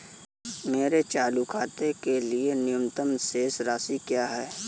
मेरे चालू खाते के लिए न्यूनतम शेष राशि क्या है?